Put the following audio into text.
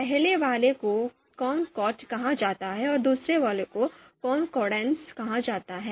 पहले वाले को कॉनकॉर्ड कहा जाता है और दूसरे को concordance कहा जाता है